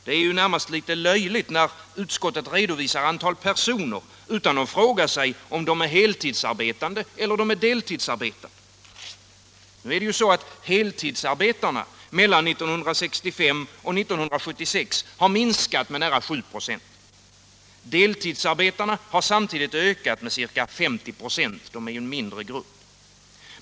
Det är närmast litet löjligt när utskottet redovisar ett antal personer utan att fråga sig om de är heltids eller deltidsarbetande. Heltidsarbetande har mellan 1965 och 1976 minskat med nära 7 96. Deltidsarbetarna har samtidigt ökat med ca 50 96 — det är ju en mindre grupp.